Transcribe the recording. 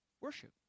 worship